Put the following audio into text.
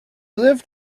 lived